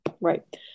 right